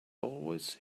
always